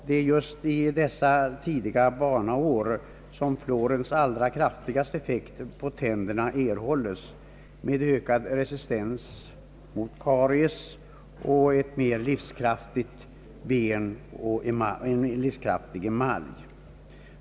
Det är just i tidiga barnaår som fluorens allra kraftigaste effekt på tänderna erhålles, med ökad resistens mot karies, ett mer livskraftigt ben och en mer livskraftig emalj.